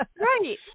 Right